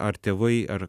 ar tėvai ar